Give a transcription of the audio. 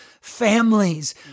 families